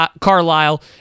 Carlisle